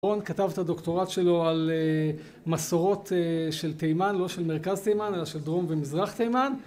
רון כתב את הדוקטורט שלו על מסורות של תימן לא של מרכז תימן אלא של דרום ומזרח תימן